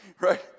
right